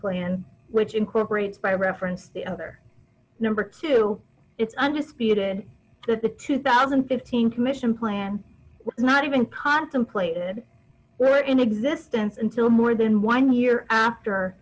plan which incorporates by reference the other number two it's undisputed that the two thousand and fifteen commission plan was not even contemplated or in existence until more than one year after